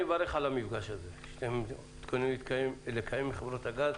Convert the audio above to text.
אני מברך על המפגש הזה שאתם מתכוננים לקיים עם חברות הגז,